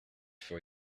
for